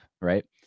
right